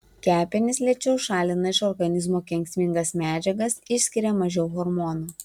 kepenys lėčiau šalina iš organizmo kenksmingas medžiagas išskiria mažiau hormonų